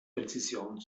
präzision